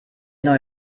neue